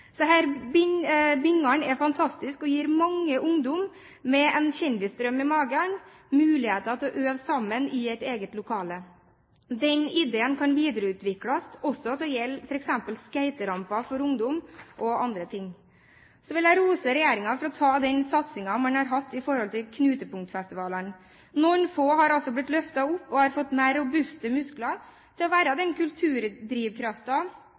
bingene er fantastiske og gir mange ungdommer med en kjendisdrøm i magen muligheter til å øve sammen i et eget lokale. Den ideen kan videreutvikles til også å gjelde f.eks. skateramper for ungdom og andre ting. Så vil jeg rose regjeringen for den satsingen man har hatt på knutepunktfestivalene. Noen få har altså blitt løftet opp og har fått mer robuste muskler til å være